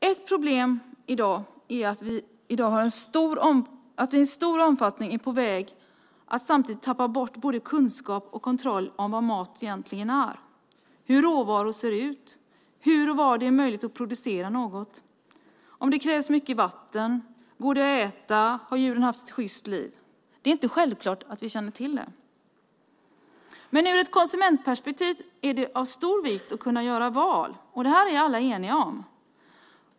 Ett problem i dag är att vi i stor omfattning är på väg att tappa bort både kunskap om och kontroll av vad mat egentligen är och hur råvaror ser ut? Hur och var är det möjligt att producera något? Krävs det mycket vatten? Går det att äta? Har djuren haft ett sjyst liv? Det är inte självklart att vi känner till det. Ur ett konsumentperspektiv är det av stor vikt att kunna göra val, och det är alla eniga om.